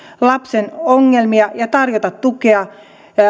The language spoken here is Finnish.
lapsen ongelmia ja tarjota tukea